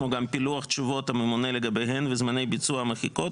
כמו גם פילוח תשובות הממונה לגביהן וזמני ביצוע המחיקות,